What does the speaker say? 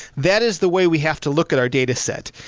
that is the way we have to look at our dataset.